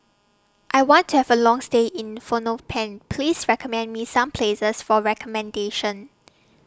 I want to Have A Long stay in Phnom Penh Please recommend Me Some Places For recommendation